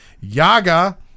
Yaga